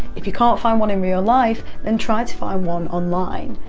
if you can't find one in real life then try to find one online,